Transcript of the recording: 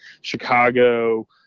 Chicago